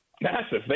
Massive